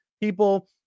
people